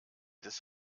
des